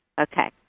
Okay